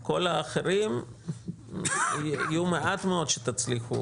--- כל האחרים יהיו מעט מאוד שתצליחו